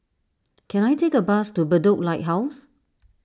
can I take a bus to Bedok Lighthouse